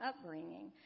upbringing